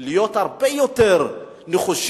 צריכים להיות הרבה יותר נחושים